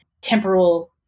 temporal